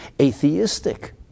atheistic